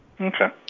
Okay